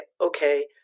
okay